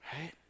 right